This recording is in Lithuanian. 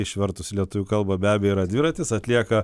išvertus į lietuvių kalbą be abejo yra dviratis atlieka